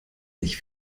sich